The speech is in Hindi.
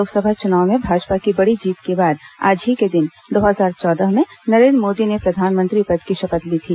लोकसभा चुनाव में भाजपा की बड़ी जीत के बाद आज ही के दिन दो हजार चौदह में नरेंद्र मोदी ने प्रधानमंत्री पद की शपथ ली थी